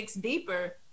deeper